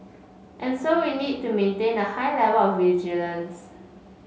and so we need to maintain a high level of vigilance